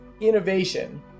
innovation